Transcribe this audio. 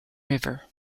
river